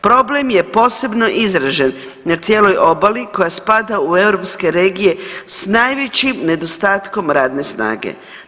Problem je posebno izražen na cijeloj obali koja spada u europske regije s najvećim nedostatkom radne snage.